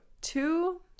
two